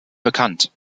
bekannt